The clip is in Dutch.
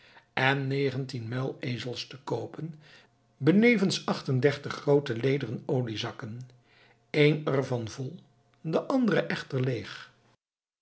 en negentien muilezels te koopen benevens acht en dertig groote lederen oliezakken één er van vol de andere echter leeg